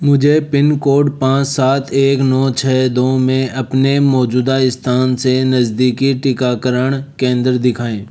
मुझे पिनकोड पाँच सात एक नौ छः दो में अपने मौजूदा स्थान से नज़दीकी टीकाकरण केंद्र दिखाएँ